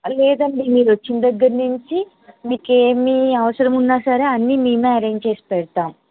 లేదండి మీరు వచ్చిన దగ్గర నుంచి మీకేమీ అవసరం ఉన్నా సరే అన్నీ మేము అరెంజ్ చేసి పెడతాం